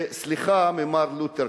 סליחה ממר לותר קינג.